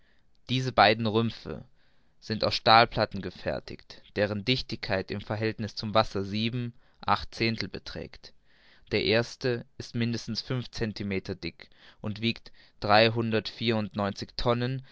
diese beiden rümpfe sind aus stahlplatten gefertigt deren dichtigkeit im verhältniß zum wasser sieben acht zehntel beträgt der erstere ist mindestens fünf centimeter dick und wiegt dreihundertvierundneunzig tonnen